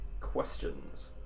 questions